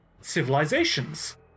civilizations